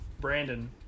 Brandon